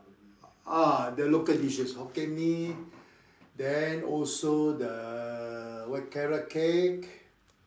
ah the local dishes Hokkien-mee then also the white-carrot-cake